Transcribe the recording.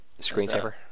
Screensaver